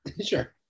Sure